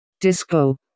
Disco